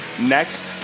Next